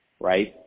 right